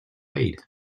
aid